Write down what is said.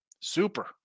Super